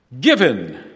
given